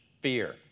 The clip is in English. fear